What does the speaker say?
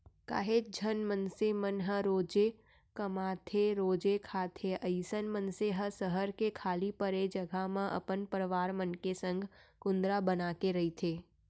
काहेच झन मनसे मन ह रोजे कमाथेरोजे खाथे अइसन मनसे ह सहर के खाली पड़े जघा म अपन परवार मन के संग कुंदरा बनाके रहिथे